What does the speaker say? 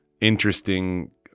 interesting